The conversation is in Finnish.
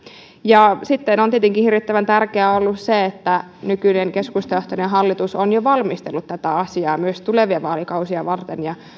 sitten on tietenkin hirvittävän tärkeää ollut se että nykyinen keskustajohtoinen hallitus on jo valmistellut tätä asiaa myös tulevia vaalikausia varten